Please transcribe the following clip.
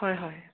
হয় হয়